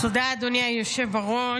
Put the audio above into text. תודה, אדוני היושב בראש.